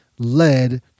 led